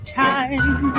time